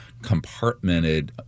compartmented